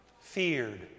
feared